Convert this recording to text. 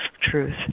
truth